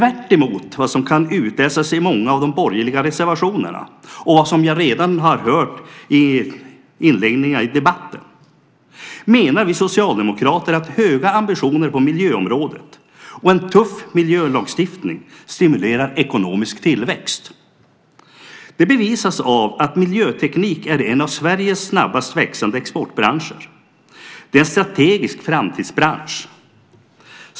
Tvärtemot vad som kan utläsas i många av de borgerliga reservationerna, och som jag har hört av inlägg i debatten, menar vi socialdemokrater att höga ambitioner på miljöområdet och en tuff miljölagstiftning stimulerar ekonomisk tillväxt. Det bevisas av att miljöteknik är en av Sveriges snabbast växande exportbranscher. Det är en strategisk framtidsbransch.